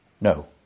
No